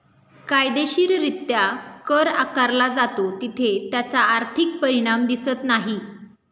कायदेशीररित्या कर आकारला जातो तिथे त्याचा आर्थिक परिणाम दिसत नाही